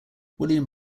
william